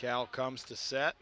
cal comes to set